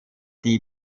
die